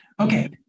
Okay